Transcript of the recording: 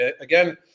again